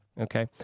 Okay